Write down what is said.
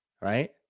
Right